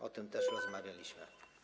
O tym też rozmawialiśmy.